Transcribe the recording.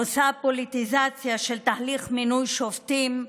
עושה פוליטיזציה של תהליך מינוי שופטים,